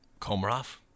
Komarov